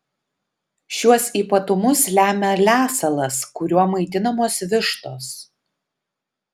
šiuos ypatumus lemia lesalas kuriuo maitinamos vištos